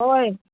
ꯍꯣꯏ